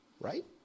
right